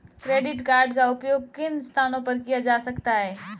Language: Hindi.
क्रेडिट कार्ड का उपयोग किन स्थानों पर किया जा सकता है?